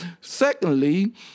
Secondly